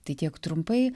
tai tiek trumpai